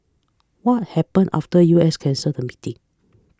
what happen after U S cancelled the meeting